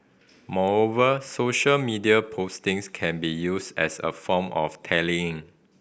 moreover social media postings can be used as a form of tallying